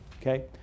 okay